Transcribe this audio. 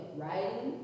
writing